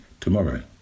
tomorrow